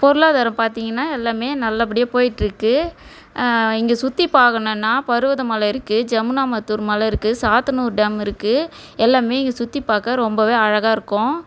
பொருளாதாரம் பார்த்தீங்கன்னா எல்லாமே நல்லபடியாக போய்கிட்டுருக்கு இங்கே சுற்றி பார்க்கணுன்னா பருவதமலை இருக்குது ஜமுனா மத்தூர் மலை இருக்குது சாத்தனூர் டேமு இருக்குது எல்லாமே இங்கே சுற்றி பார்க்க ரொம்பவே அழகாக இருக்கும்